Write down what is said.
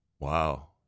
Wow